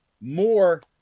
more